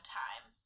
time